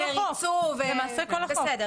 למעשה כל החוק.